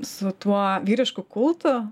su tuo vyrišku kultu